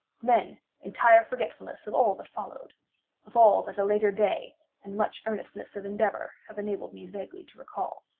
then entire forgetfulness of all that followed of all that a later day and much earnestness of endeavor have enabled me vaguely to recall.